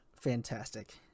fantastic